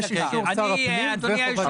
אוטומטית- -- אדוני היושב-ראש,